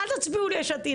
אל תצביעו ליש עתיד,